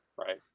right